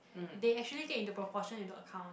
they actually take into proportion into account